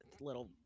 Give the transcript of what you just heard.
little